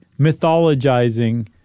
mythologizing